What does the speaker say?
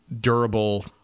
durable